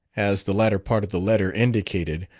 as the latter part of the letter indicated,